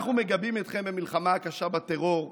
אנחנו מגבים אתכם במלחמה הקשה בטרור.